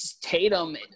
tatum